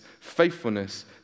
faithfulness